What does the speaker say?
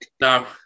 No